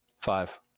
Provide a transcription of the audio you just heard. Five